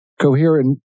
coherent